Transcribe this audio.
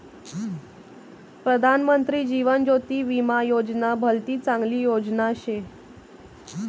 प्रधानमंत्री जीवन ज्योती विमा योजना भलती चांगली योजना शे